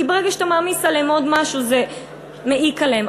כי ברגע שאתה מעמיס עליהם עוד משהו זה מעיק עליהם.